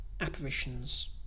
apparitions